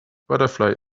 butterfly